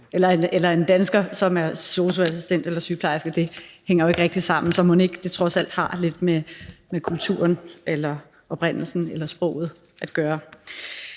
end en dansker, som er sosu-assistent eller sygeplejerske. Det hænger jo ikke rigtig sammen, så mon ikke det trods alt har lidt med kulturen, oprindelsen eller sproget at gøre.